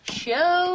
show